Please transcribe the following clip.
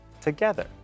together